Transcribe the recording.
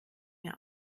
mehr